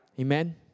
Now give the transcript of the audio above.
Amen